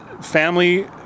family